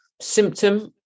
symptom